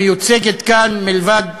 המיוצגת כאן, מלבד